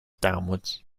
downward